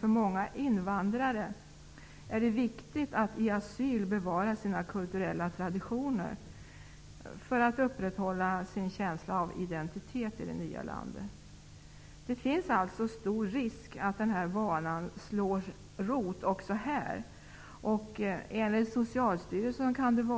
För många invandrare är det viktigt att i asyl bevara sina kulturella traditioner för att upprätthålla sin känsla av identitet i det nya landet. Det finns alltså stor risk att denna vana slår rot också här. Enligt Socialstyrelsen kan